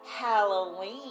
Halloween